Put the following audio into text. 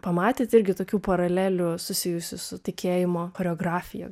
pamatėt irgi tokių paralelių susijusių su tikėjimo choreografija